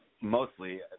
mostly